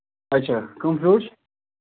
اچھا کَم